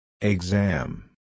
Exam